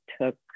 took